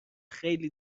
خیلی